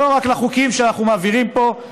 לא רק לחוקים שאנחנו מעבירים פה,